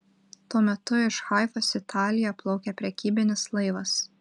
tuo metu iš haifos į italiją plaukė prekybinis laivas